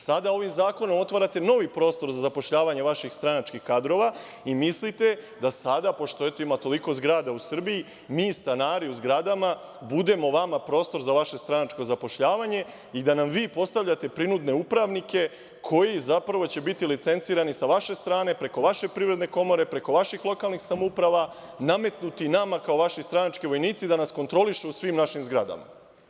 Sada ovim zakonom otvarate novi prostor za zapošljavanje vaših stranačkih kadrova i mislite da sada, pošto eto, ima toliko zgrada u Srbiji, mi stanari u zgradama budemo vama prostor za vaše stranačko zapošljavanje i da nam vi postavljate prinudne upravnike koji će zapravo biti licencirani sa vaše strane, preko vaše privredne komore, preko vaših lokalnih samouprava, nametnuti nama kao vaši stranački vojnici da nas kontrolišu u svim našim zgradama.